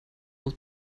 muss